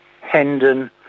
hendon